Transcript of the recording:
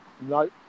No